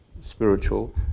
spiritual